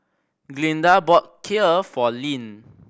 Glinda bought Kheer for Leanne